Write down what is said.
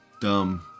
dumb